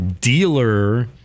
dealer